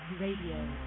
Radio